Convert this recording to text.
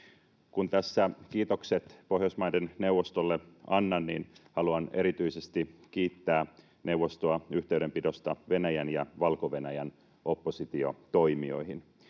Kun tässä kiitokset Pohjoismaiden neuvostolle annan, niin haluan erityisesti kiittää neuvostoa yhteydenpidosta Venäjän ja Valko-Venäjän oppositiotoimijoihin.